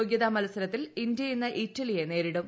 യോഗൃത മത്സരത്തിൽ ഇന്തൃ ഇന്ന് ഇറ്റലിയെ നേരിടും